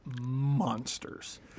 monsters